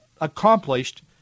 accomplished